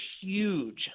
huge